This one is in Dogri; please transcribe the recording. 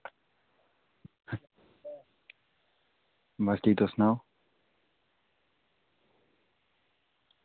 बस ठीक ते तुस सनाओ